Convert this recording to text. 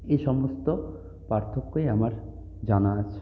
এই সমস্ত পার্থক্যই আমার জানা আছে